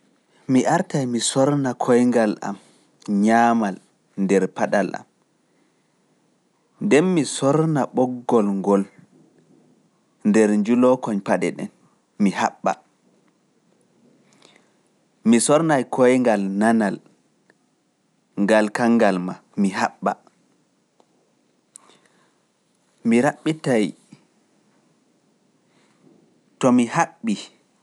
Mi artaay mi sorna koyngal am ñaamal nder paɗal am, ndeen mi sorna ɓoggol ngol nder njulooko paɗe ɗen, mi haɓɓa. Mi sornaay koyngal nanal ngal kanngal ma, mi haɓɓa.